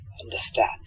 understand